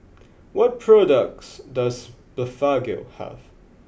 what products does Blephagel have